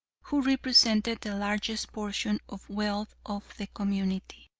who represented the largest portion of wealth of the community.